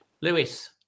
Lewis